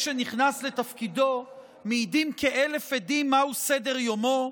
שנכנס לתפקידו מעידים כאלף עדים מהו סדר-יומו,